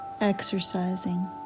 exercising